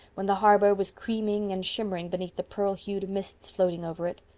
when the harbor was creaming and shimmering beneath the pearl-hued mists floating over it.